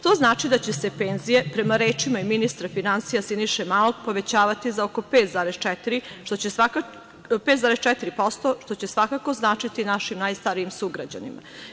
To znači da će se penzije, prema rečima ministra finansija Siniše Malog, povećavati za oko 5,4%, što će svakako značiti našim najstarijim sugrađanima.